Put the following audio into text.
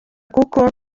kuko